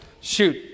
shoot